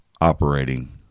operating